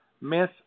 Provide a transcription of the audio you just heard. Miss